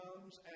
comes